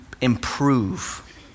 improve